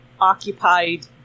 occupied